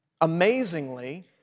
Amazingly